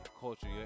culture